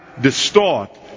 distort